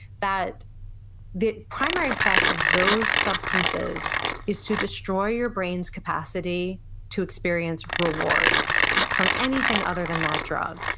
that the primary effect of those substances is to destroy your brain's capacity to experience reward from anything other than that drug.